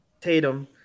tatum